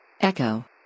Echo